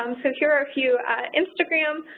um so here are a few instagram